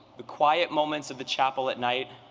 the quiet moments of the chapel at night,